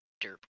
Derp